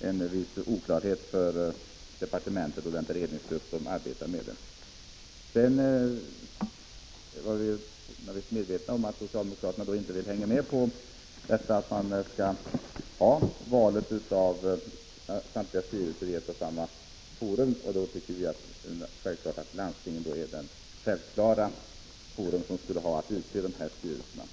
viss oklarhet för departementet och den beredningsgrupp som arbetar med detta. Vidare är vi medvetna om att socialdemokraterna inte vill hänga med på att vi skall ha val av samtliga styrelser i ett och samma forum. Vi tycker att landstinget är det självklara forum där man skall utse dessa styrelseledamöter.